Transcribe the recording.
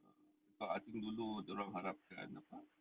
err because I think dulu dia orang harapkan apa